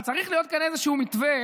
אבל צריך להיות כאן איזשהו מתווה,